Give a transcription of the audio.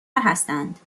هستند